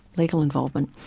legal involvement.